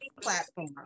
platform